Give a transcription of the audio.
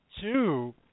two